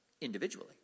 individually